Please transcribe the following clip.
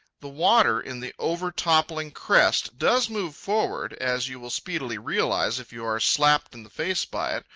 the water in the overtoppling crest does move forward, as you will speedily realize if you are slapped in the face by it,